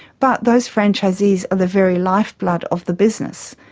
but those franchisees are the very lifeblood of the business.